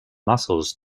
mussels